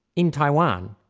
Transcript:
in taiwan,